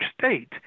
State